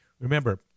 Remember